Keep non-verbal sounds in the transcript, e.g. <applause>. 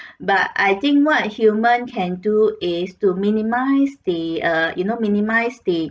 <breath> but I think what human can do is to minimize the err you know minimize the